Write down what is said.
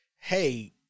hey